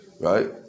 right